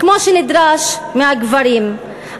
כמו שנדרש מהגברים.